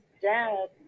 dad